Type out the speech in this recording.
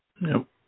Nope